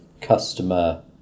customer